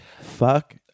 Fuck